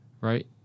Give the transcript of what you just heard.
right